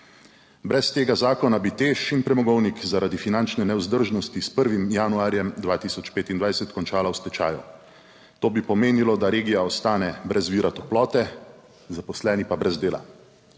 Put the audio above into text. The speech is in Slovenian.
Brez tega zakona bi TEŠ in premogovnik zaradi finančne nevzdržnosti s 1. januarjem 2025 končala v stečaju. To bi pomenilo, da regija ostane brez vira toplote, zaposleni pa brez dela.